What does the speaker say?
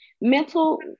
mental